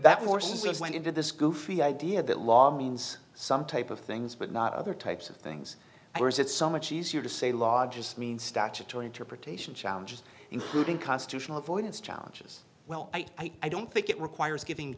says went into this goofy idea that law means some type of things but not other types of things or is it so much easier to say law just means statutory interpretation challenges including constitutional avoidance challenges well i don't think it requires giving